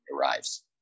arrives